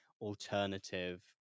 alternative